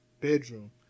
bedroom